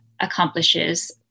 accomplishes